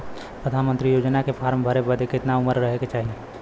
प्रधानमंत्री योजना के फॉर्म भरे बदे कितना उमर रहे के चाही?